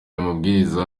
amabwiriza